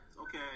okay